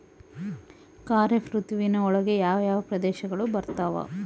ಖಾರೇಫ್ ಋತುವಿನ ಒಳಗೆ ಯಾವ ಯಾವ ಪ್ರದೇಶಗಳು ಬರ್ತಾವ?